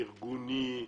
ארגוני,